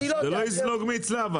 זה לא יזלוג אצלה.